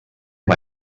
amb